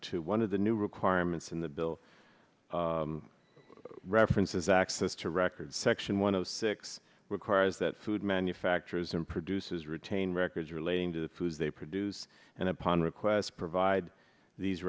to one of the new requirements in the bill references access to records section one of six requires that food manufacturers and produces retain records relating to the foods they produce and upon request provide these